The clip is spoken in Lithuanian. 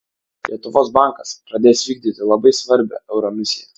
lietuvos bankas pradės vykdyti labai svarbią euro misiją